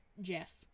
Jeff